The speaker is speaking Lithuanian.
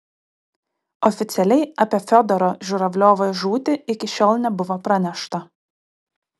oficialiai apie fiodoro žuravliovo žūtį iki šiol nebuvo pranešta